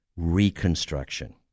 reconstruction